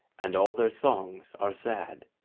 and all their songs are sad.